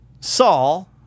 Saul